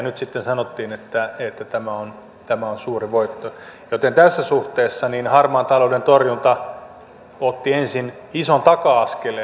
nyt sitten sanottiin että tämä on suuri voitto joten tässä suhteessa harmaan talouden torjunta otti ensin ison taka askeleen